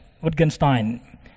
Wittgenstein